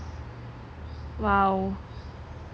!wow!